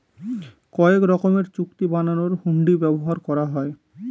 কয়েক রকমের চুক্তি বানানোর হুন্ডি ব্যবহার করা হয়